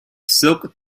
silk